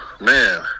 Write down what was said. man